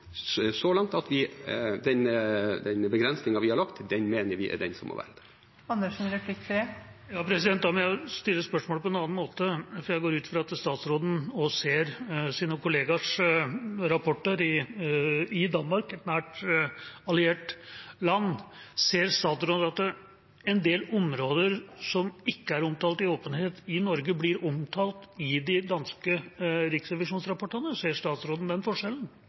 at den begrensningen vi har lagt, mener vi er den som må være der. Da må jeg stille spørsmålet på en annen måte, for jeg går ut fra at også statsråden ser sine kollegaers rapporter i Danmark, et nært alliert land: Ser statsråden at en del områder som ikke er omtalt i åpenhet i Norge, blir omtalt i de danske riksrevisjonsrapportene? Ser statsråden den forskjellen?